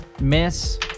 Miss